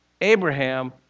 Abraham